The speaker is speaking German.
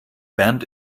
bernd